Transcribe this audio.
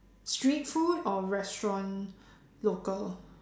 street food or restaurant local